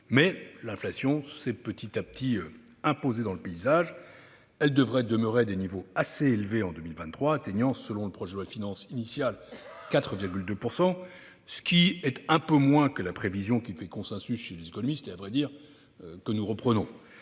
mais l'inflation s'est peu à peu imposée dans le paysage et devrait demeurer à des niveaux élevés en 2023, atteignant 4,2 % selon le projet de loi de finances initiale, soit un peu moins que la prévision qui fait consensus chez les économistes et que nous reprenons.